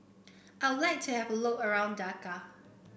I like to have look around Dhaka